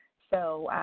so,